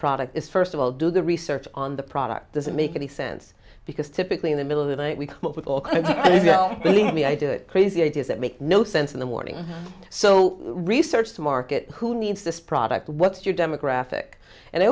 product is first of all do the research on the product does it make any sense because typically in the middle of the night we come up with or you know believe me i do it crazy ideas that make no sense in the morning so research to market who needs this product what's your demographic and